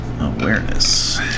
awareness